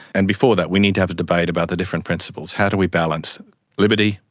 and before that we need to have a debate about the different principles, how do we balance liberty,